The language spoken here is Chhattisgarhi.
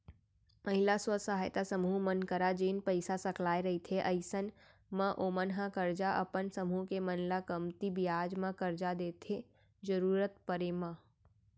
महिला स्व सहायता समूह मन करा जेन पइसा सकलाय रहिथे अइसन म ओमन ह करजा अपन समूह के मन ल कमती बियाज म करजा देथे जरुरत पड़े म